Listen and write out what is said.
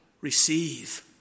receive